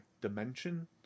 dimension